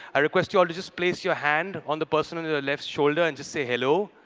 i request you all to just place your hand on the person on your left shoulder, and just say hello.